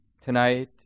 tonight